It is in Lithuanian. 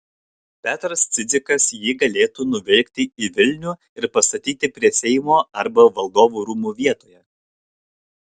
petras cidzikas jį galėtų nuvilkti į vilnių ir pastatyti prie seimo arba valdovų rūmų vietoje